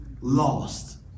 Lost